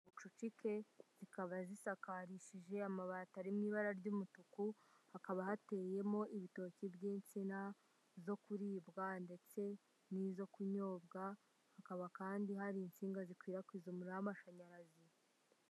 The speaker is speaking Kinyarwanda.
Ubucucike, zikaba zisakarishije amabati ari mu ibara ry'umutuku hakaba hateyemo ibitoki by'imsina zo kuribwa ndetse n'izo kunyobwa, hakaba kandi hari insinga zikwirakwiza umuriro w'amashanyarazi.